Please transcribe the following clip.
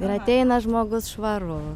ir ateina žmogus švarus